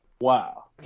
Wow